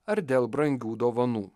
ar dėl brangių dovanų